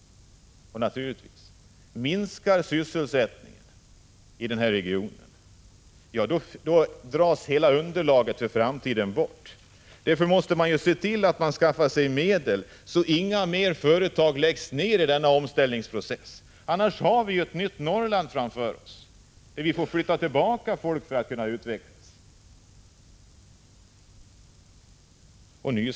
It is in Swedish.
Och naturligtvis: minskar sysselsättningen i den här regionen, drivs hela underlaget för framtiden bort. Därför måste man se till att skaffa sig medel så att inga fler företag läggs ner i omställningsprocessen. Annars har vi ett nytt Norrland framför oss, dit vi måste flytta tillbaka folk för att kunna utveckla regionen.